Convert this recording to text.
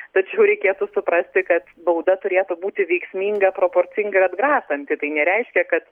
tačiau reikėtų suprasti kad bauda turėtų būti veiksminga proporcinga ir atgrasanti tai nereiškia kad